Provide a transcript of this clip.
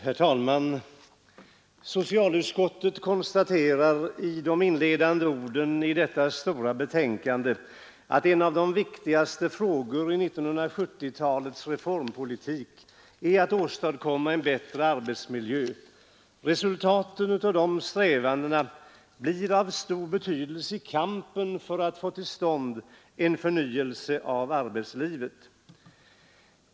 Herr talman! Socialutskottet konstaterar i de inledande orden i detta stora betänkande att en av de viktigaste frågorna i 1970-talets reformpolitik är att åstadkomma en bättre arbetsmiljö och att resultatet av strävandena härvidlag blir av stor betydelse i kampen för att få till stånd en förnyelse av arbetslivets villkor.